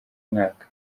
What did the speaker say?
mwaka